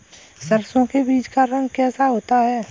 सरसों के बीज का रंग कैसा होता है?